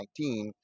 2019